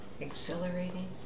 exhilarating